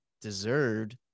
deserved